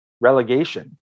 relegation